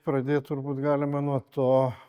pradėt turbūt galima nuo to